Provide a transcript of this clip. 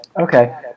Okay